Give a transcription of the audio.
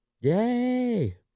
Yay